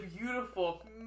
beautiful